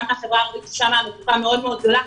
בחברה הערבית המצוקה מאוד מאוד גדולה,